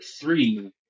three